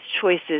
choices